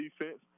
defense